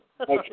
Okay